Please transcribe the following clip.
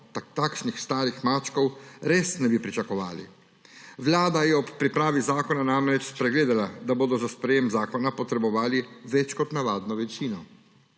takšnih starih mačkov res ne bi pričakovali. Vlada je ob pripravi zakona namreč spregledala, da bodo za sprejetje zakona potrebovali več kot navadno večino.